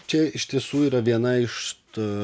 čia iš tiesų yra viena iš tų